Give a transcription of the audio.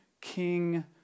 king